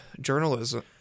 journalism –